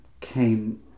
came